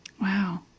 wow